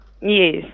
yes